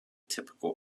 typical